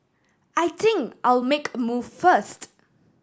I think I'll make a move first